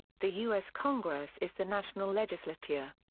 the u s. congress is the national legislature.